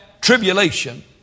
tribulation